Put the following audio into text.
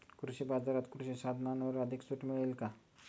कृषी बाजारात कृषी साधनांवर अधिक सूट मिळेल का?